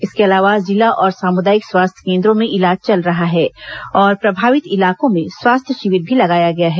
इसके अलावा जिला और सामुदायिक स्वास्थ्य केंद्रों में इलाज चल रहा है और प्रभावित इलाकों में स्वास्थ्य शिविर भी लगाया गया है